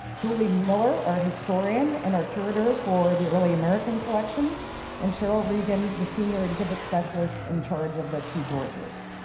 julie miller our historian and our curator for the early american collections and cheryl regan the senior exhibit specialist in charge of the two georges.